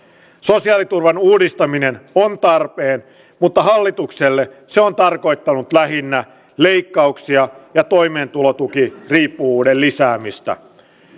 sosiaaliturvan uudistaminen on tarpeen mutta hallitukselle se on tarkoittanut lähinnä leikkauksia ja toimeentulotukiriippuvuuden lisäämistä